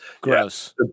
Gross